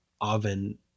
oven